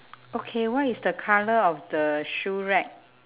okay what is the colour of the shoe rack